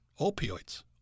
opioids